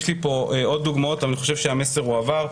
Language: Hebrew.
יש לי פה עוד דוגמאות, אני חושב שהמסר הועבר.